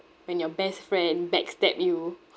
when your best friend back stabbed you